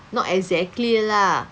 not exactly lah